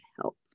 help